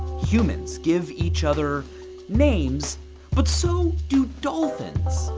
humans give each other names but so do dolphins.